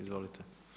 Izvolite.